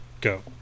go